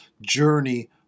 journey